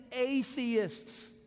atheists